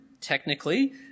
technically